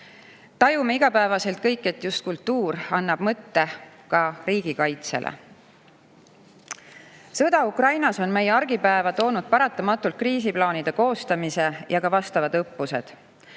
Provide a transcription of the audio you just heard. Tajume igapäevaselt kõik, et just kultuur annab mõtte ka riigikaitsele. Sõda Ukrainas on meie argipäeva toonud paratamatult kriisiplaanide koostamise ja ka vastavad õppused.